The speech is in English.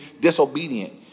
disobedient